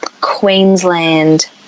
Queensland